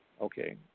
Okay